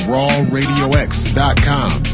RawRadioX.com